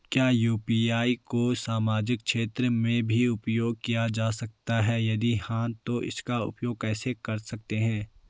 क्या यु.पी.आई को सामाजिक क्षेत्र में भी उपयोग किया जा सकता है यदि हाँ तो इसका उपयोग कैसे कर सकते हैं?